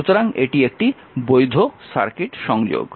সুতরাং এটি একটি বৈধ সার্কিট সংযোগ